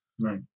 Right